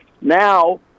now